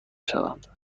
شوند